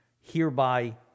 hereby